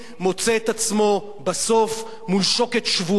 מוצא את עצמו בסוף מול שוקת שבורה,